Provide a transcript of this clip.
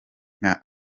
nka